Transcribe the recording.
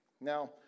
Now